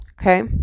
Okay